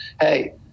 Hey